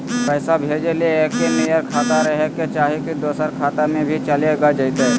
पैसा भेजे ले एके नियर खाता रहे के चाही की दोसर खाता में भी चलेगा जयते?